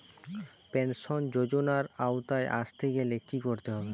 Pension যজোনার আওতায় আসতে গেলে কি করতে হবে?